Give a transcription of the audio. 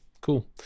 cool